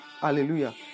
Hallelujah